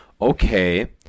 okay